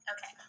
Okay